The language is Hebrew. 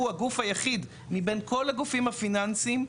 הגוף היחיד מבין כל הגופים הפיננסים,